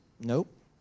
nope